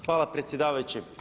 Hvala predsjedavajući.